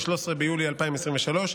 13 ביולי 2023,